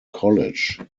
college